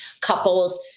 couples